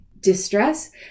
distress